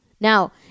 Now